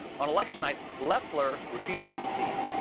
on election night, loeffler refused to concede.